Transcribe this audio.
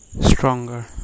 Stronger